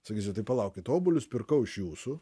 sakysiu tai palaukit obuolius pirkau iš jūsų